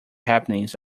happenings